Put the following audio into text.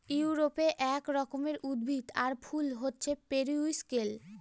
ইউরোপে এক রকমের উদ্ভিদ আর ফুল হছে পেরিউইঙ্কেল